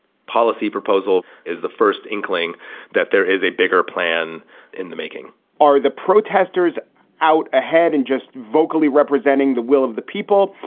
policy proposal is the first inkling that there is a bigger plan in the making are the protesters out ahead and just vocally representing the will of the people?